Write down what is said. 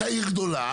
אתה עיר גדולה,